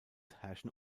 herrschen